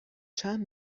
چند